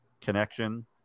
connection